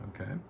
okay